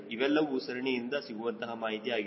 ಇವೆಲ್ಲವೂ ಸರಣಿಯಿಂದ ಸಿಗುವಂತಹ ಮಾಹಿತಿ ಆಗಿದೆ